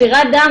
ספירת דם,